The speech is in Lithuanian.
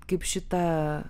kaip šitą